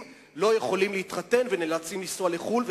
לא יכולים להתחתן ונאלצים לנסוע לחוץ-לארץ,